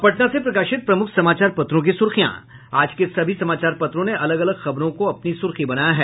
अब पटना से प्रकाशित प्रमुख समाचार पत्रों की सुर्खियां आज के सभी समाचार पत्रों ने अलग अलग खबरों को अपनी सुर्खी बनाया है